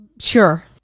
Sure